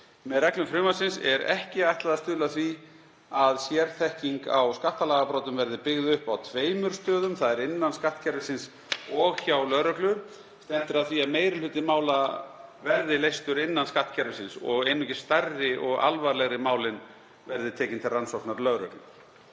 Með reglum frumvarpsins er ekki ætlað að stuðla að því að sérþekking á skattalagabrotum verði byggð upp á tveimur stöðum, þ.e. innan skattkerfisins og hjá lögreglu. Stefnt er að því að meiri hluti mála verði leystur innan skattkerfisins og einungis stærri og alvarlegri málin verði tekin til rannsóknar lögreglu.